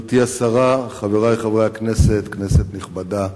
גברתי השרה, חברי חברי הכנסת, כנסת נכבדה,